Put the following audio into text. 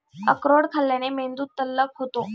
अक्रोड खाल्ल्याने मेंदू तल्लख होतो